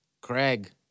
Craig